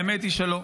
האמת היא שלא.